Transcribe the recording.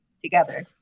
together